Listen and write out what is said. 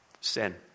sin